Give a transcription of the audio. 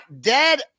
Dead